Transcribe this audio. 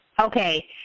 Okay